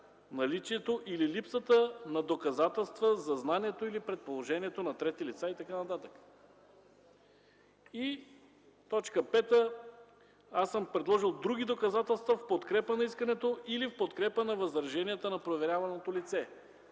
„наличието или липсата на доказателства за знанието или предположението на трети лица” и така нататък. Точка пета: предложил съм „други доказателства, в подкрепа на искането” или „в подкрепа на възраженията на проверяваното лице”.